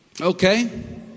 Okay